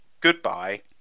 Goodbye